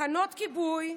תחנות כיבוי,